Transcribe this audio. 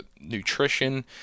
nutrition